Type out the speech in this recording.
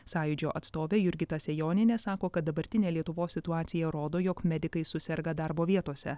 sąjūdžio atstovė jurgita sejonienė sako kad dabartinė lietuvos situacija rodo jog medikai suserga darbo vietose